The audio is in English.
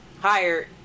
hired